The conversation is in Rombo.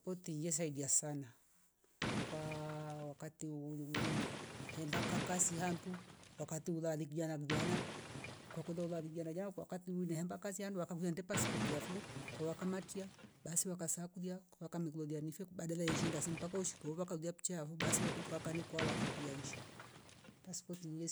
Putilieza lia sana kwa wakati uuu- uungulile henda kaaka sia hantu wakati ula lig jana mjana kwakulola lij jana kwakatu hemba kazi handu aka hunduemba spotiafo kuuoa kamatia basi wakasakulia waka mglolia nife badala yeshinda simpaka wo shika woova kajua kchavo basi wakavuka kanikwala waka puya nsha paspoti yeza